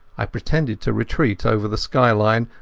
i pretended to retreat over the skyline,